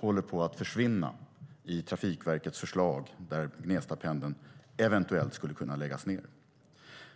håller på att försvinna i Trafikverkets förslag där Gnestapendeln eventuellt skulle kunna läggas ned.